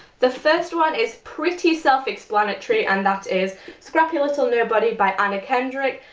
the first one is pretty self-explanatory and that is scrappy little nobody by anna kendrick.